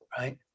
Right